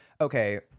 okay